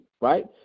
right